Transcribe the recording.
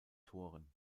toren